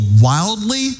wildly